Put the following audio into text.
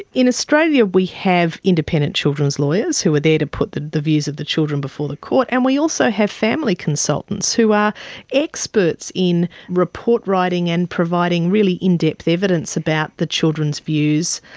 in australia we have independent children's lawyers who are there to put the the views of the children before the court, and we also have family consultants who are experts in report writing and providing really in-depth evidence about the children's views.